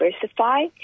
diversify